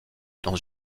dans